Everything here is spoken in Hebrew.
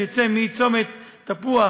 שיצא מצומת תפוח,